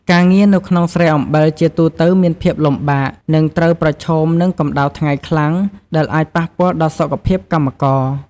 ការងារនៅក្នុងស្រែអំបិលជាទូទៅមានភាពលំបាក និងត្រូវប្រឈមនឹងកម្ដៅថ្ងៃខ្លាំង ដែលអាចប៉ះពាល់ដល់សុខភាពកម្មករ។